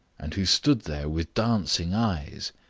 and who stood there with dancing eyes.